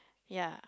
ya